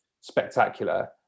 spectacular